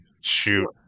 Shoot